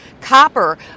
copper